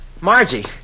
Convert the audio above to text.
Margie